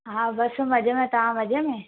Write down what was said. हा बसि मज़े में तव्हां मज़े में